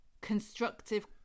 constructive